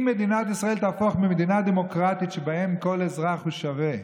אם מדינת ישראל תהפוך ממדינה דמוקרטית שבה כל אזרח הוא שווה,